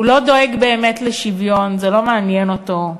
הוא לא באמת דואג לשוויון, זה לא מעניין אותו.